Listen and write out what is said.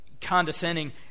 condescending